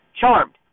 Charmed